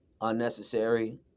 unnecessary